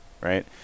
right